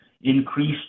increased